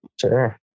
Sure